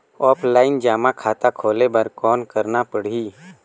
Offline जमा खाता खोले बर कौन करना पड़ही?